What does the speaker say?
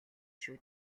шүү